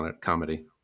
comedy